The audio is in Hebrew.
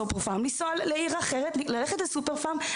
אני צריכה לנסוע לסופר פארם בעיר אחרת ולהזמין כי אין בעירי סופר פארם.